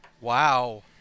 Wow